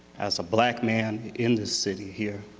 as a black man in the city here.